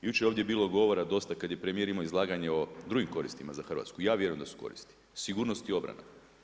Jučer je ovdje bilo govora dosta kada je premijer imao izlaganje o drugim koristima za Hrvatsku, ja vjerujem da su koristi – sigurnost i obrana.